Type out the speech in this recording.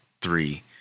three